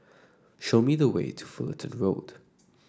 show me the way to Fullerton Road